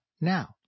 now